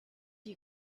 you